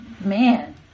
Man